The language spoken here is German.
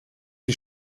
die